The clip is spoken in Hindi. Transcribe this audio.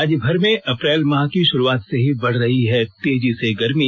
राज्यभर में अप्रैल माह की शुरूआत से ही बढ़ रही है तेजी से गरमी